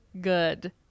good